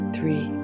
Three